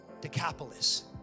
Decapolis